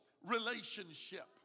relationship